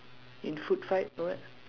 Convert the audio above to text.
in food fight or what